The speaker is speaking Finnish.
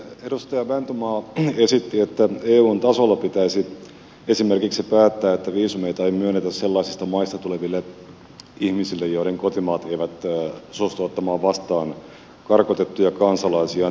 edustaja mäntymaa esitti että eun tasolla pitäisi esimerkiksi päättää että viisumeita ei myönnetä sellaisista maista tuleville ihmisille joiden kotimaa ei suostu ottamaan vastaan karkotettuja kansalaisiaan